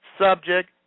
subject